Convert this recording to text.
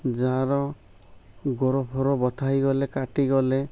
ଯାହାର ଗୋଡ଼ ଫୋଡ଼ ବଥା ହେଇଗଲେ କାଟିଗଲେ